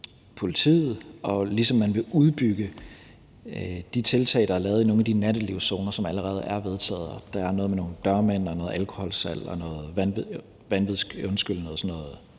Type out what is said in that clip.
politiet, og man vil også udbygge de tiltag, der er lavet i nogle af de nattelivszoner, som allerede er vedtaget – der er noget med nogle dørmænd, noget alkoholsalg og sådan